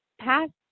past